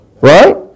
right